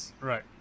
Right